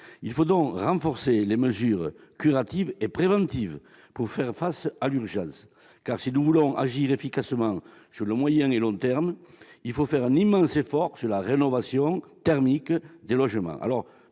Il faut donc renforcer les mesures curatives et préventives pour faire face à l'urgence, car si nous voulons agir efficacement sur le moyen et le long terme, il faut faire un immense effort en matière de rénovation thermique des logements.